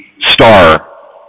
star